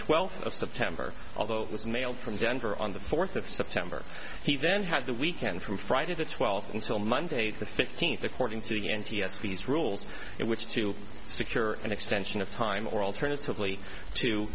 twelfth of september although it was mailed from denver on the fourth of september he then had the weekend from friday the twelfth until monday the fifteenth according to the n t s b has rules in which to secure an extension of time or alternatively to